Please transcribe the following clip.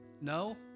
No